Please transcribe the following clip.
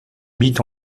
mit